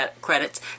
credits